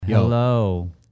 Hello